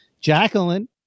Jacqueline